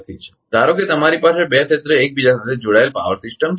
ધારો કે તમારી પાસે બે ક્ષેત્ર એકબીજા સાથે જોડાયેલ પાવર સિસ્ટમ છે